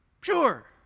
sure